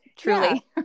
Truly